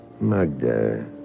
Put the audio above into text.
Magda